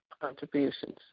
contributions